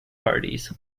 parties